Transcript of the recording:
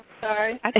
Sorry